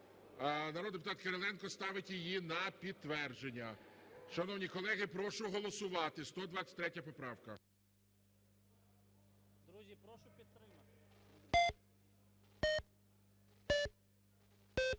Народний депутат Кириленко ставить її на підтвердження. Шановні колеги, прошу голосувати. 123 поправка.